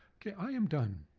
okay, i am done.